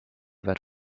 that